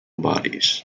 bodies